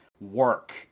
work